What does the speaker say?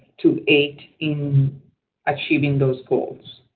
to aid in achieving those goals.